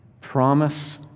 Promise